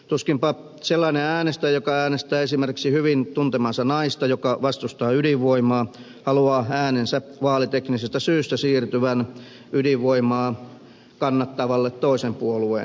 tuskinpa sellainen äänestäjä joka äänestää esimerkiksi hyvin tuntemaansa naista joka vastustaa ydinvoimaa haluaa äänensä vaaliteknisistä syistä siirtyvän ydinvoimaa kannattavalle toisen puolueen miehelle